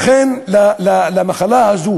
למחלה הזאת